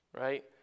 right